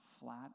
flat